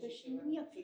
aš jų niekaip